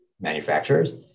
manufacturers